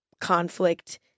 conflict